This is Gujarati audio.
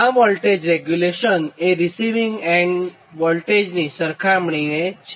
આ વોલ્ટેજ રેગ્યુલેશન એ રીસિવીંગ એન્ડ વોલ્ટેજની સરખામણીએ છે